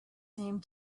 same